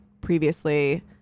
previously